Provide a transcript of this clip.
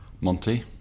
Monty